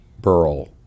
burl